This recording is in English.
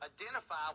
identify